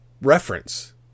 reference